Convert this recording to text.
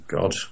God